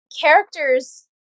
characters